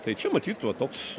tai čia matyt va toks